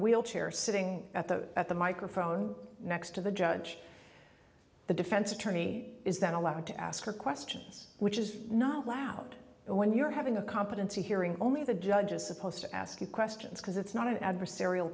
wheelchair sitting at the at the microphone next to the judge the defense attorney is then allowed to ask her questions which is not allowed when you're having a competency hearing only the judge is supposed to ask you questions because it's not an adversarial